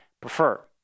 prefer